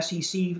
SEC